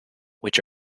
which